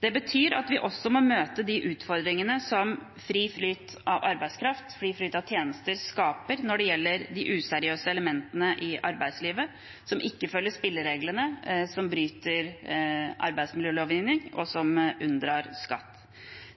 Det betyr at vi også må møte de utfordringene som fri flyt av arbeidskraft og fri flyt av tjenester skaper når det gjelder de useriøse elementene i arbeidslivet, som ikke følger spillereglene, som bryter arbeidsmiljølovgivningen, og som unndrar skatt.